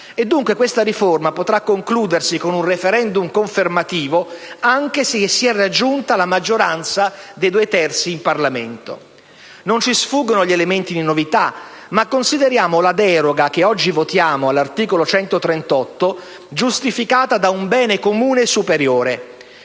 dunque questa riforma potrà concludersi con un *referendum* confermativo anche se si è raggiunta la maggioranza dei due terzi in Parlamento. Non ci sfuggono gli elementi di novità, ma consideriamo la deroga che oggi votiamo all'articolo 138 giustificata da un bene comune superiore: